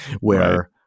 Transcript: where-